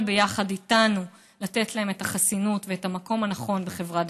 ביחד איתנו לתת להם את החסינות ואת המקום הנכון בחברה דמוקרטית.